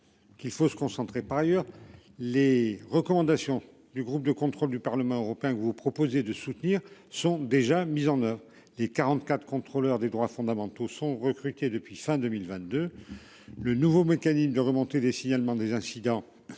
faut se concentrer. Par ailleurs, les recommandations du groupe de contrôle du Parlement européen que vous proposez de soutenir sont déjà mises en oeuvre des 44 contrôleur des droits fondamentaux sont recrutés depuis fin 2022 le nouveau mécanisme de remonter des signalements des incidents.